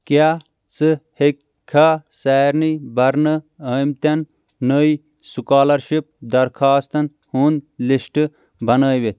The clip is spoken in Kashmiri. کیٛاہ ژٕ ہیٚکہِ کھا سارنٕے بھرنہٕ ٲمتیٚن نٔے سُکالَرشِپ درخوٛأستَن ہنٛد لِسٹ بَنأیِتھ